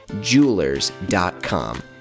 jewelers.com